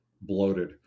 bloated